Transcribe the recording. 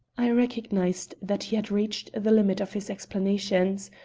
i recognized that he had reached the limit of his explanations,